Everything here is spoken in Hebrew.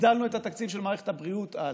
הגדלנו את התקציב של מערכת הבריאות אז.